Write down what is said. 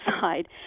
side